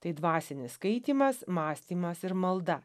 tai dvasinis skaitymas mąstymas ir malda